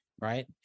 right